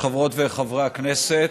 גברתי היושבת-ראש, חברות וחברי הכנסת,